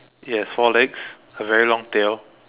it has four legs a very long tail